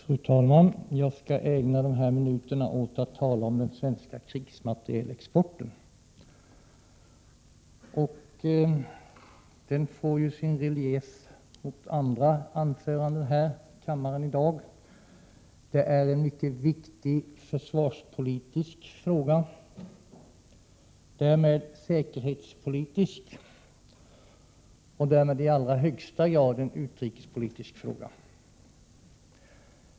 Fru talman! Jag skall ägna de här minuterna åt att tala om den svenska krigsmaterielexporten. Den får sin relief mot andra anföranden här i dag. Det är en mycket viktig försvarspolitisk, och därmed säkerhetspolitisk, fråga. Därmed är det också i allra högsta grad en viktig utrikespolitisk fråga.